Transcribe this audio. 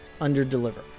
under-deliver